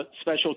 special